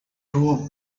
too